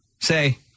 say